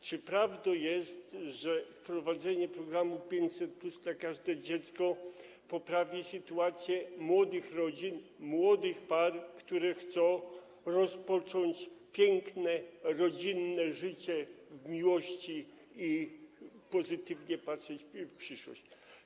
Czy prawdą jest, że wprowadzenie programu 500+ na każde dziecko poprawi sytuację młodych rodzin, młodych par, które chcą rozpocząć piękne rodzinne życie w miłości i pozytywnie patrzeć w przyszłość?